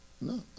No